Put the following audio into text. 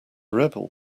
rebel